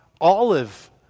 olive